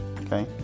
okay